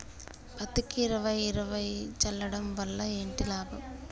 పత్తికి ఇరవై ఇరవై చల్లడం వల్ల ఏంటి లాభం?